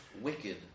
wicked